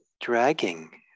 dragging